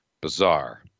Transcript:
bizarre